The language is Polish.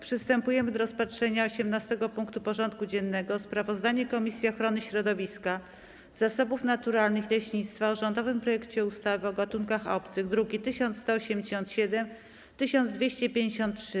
Przystępujemy do rozpatrzenia punktu 18. porządku dziennego: Sprawozdanie Komisji Ochrony Środowiska, Zasobów Naturalnych i Leśnictwa o rządowym projekcie ustawy o gatunkach obcych (druki nr 1187 i 1253)